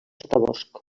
sotabosc